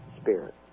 spirit